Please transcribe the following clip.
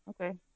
Okay